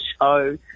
show